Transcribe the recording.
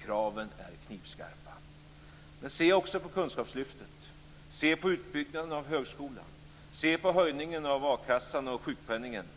Kraven är knivskarpa. Men se också på kunskapslyftet. Se på utbyggnaden av högskolan. Se på höjningen av a-kassan och sjukpenningen.